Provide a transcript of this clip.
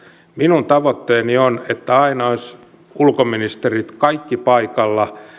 minun tavoitteeni on että aina olisivat ulkoministerit kaikki paikalla